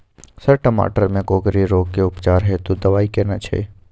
Sir टमाटर में कोकरि रोग के उपचार हेतु दवाई केना छैय?